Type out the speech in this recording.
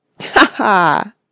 Ha-ha